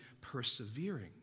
persevering